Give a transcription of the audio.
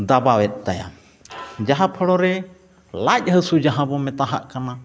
ᱫᱟᱵᱟᱣᱮᱫ ᱛᱟᱭᱟ ᱡᱟᱦᱟᱸ ᱯᱷᱳᱲᱳ ᱨᱮ ᱞᱟᱡ ᱦᱟᱹᱥᱩ ᱡᱟᱦᱟᱸᱵᱚᱱ ᱢᱮᱛᱟᱣᱟᱜ ᱠᱟᱱᱟ